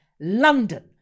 London